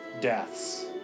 deaths